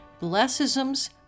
blessisms